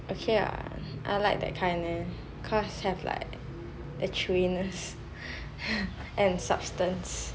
okay lah I like that kind leh cause like have the chewiness and substance